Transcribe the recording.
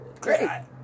Great